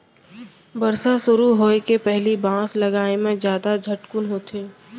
बरसा सुरू होए के पहिली बांस लगाए म जादा झटकुन होथे